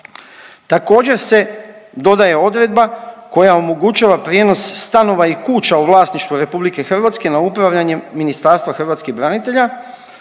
Također se dodaje odredba koja omogućava prijenos stanova i kuća u vlasništvu RH na upravljanje Ministarstvu hrvatskih branitelja